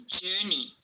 journey